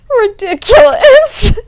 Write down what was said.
ridiculous